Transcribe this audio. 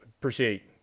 appreciate